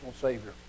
Savior